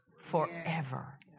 forever